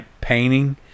painting